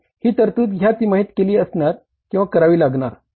म्हणून ही तरतूद हया तिमाहीत केली असणार किंवा करावी लागणार